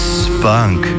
spunk